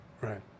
Right